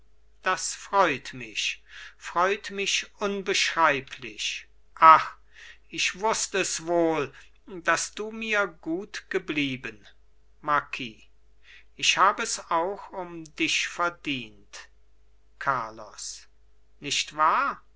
das freut mich freut mich unbeschreiblich ach ich wußt es wohl daß du mir gut geblieben marquis ich hab es auch um dich verdient carlos nicht wahr